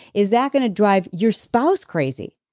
is that going to drive your spouse crazy?